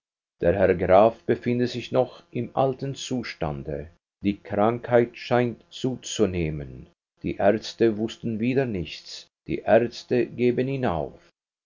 der herr graf befindet sich noch im alten zustande die krankheit scheint zuzunehmen die ärzte wußten wieder nichts die ärzte geben ihn auf